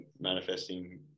manifesting